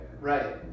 Right